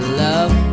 love